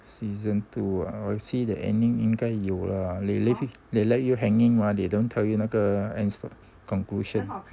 season two ah I see the ending 应该有 gai you lah they leave they let you hanging mah they don't tell you 那个 the conclusion